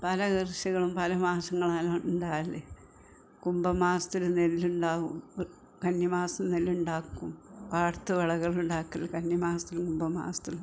പല കൃഷികളും പല മാസങ്ങളിലാണ് ഉണ്ടാകല് കുംഭ മാസത്തില് നെല്ലുണ്ടാകും കന്നിമാസത്തില് നെല്ലുണ്ടാക്കും പാടത്ത് വിളകളുണ്ടാക്കല് കന്നിമാസത്തിലും കുംഭമാസത്തിലും